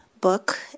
book